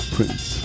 Prince